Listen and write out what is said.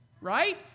Right